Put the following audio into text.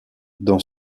dans